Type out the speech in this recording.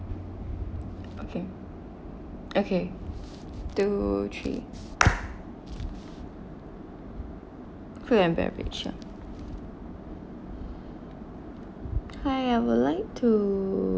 okay okay two three food and beverage ah hi I would like to